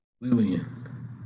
Lillian